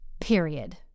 Period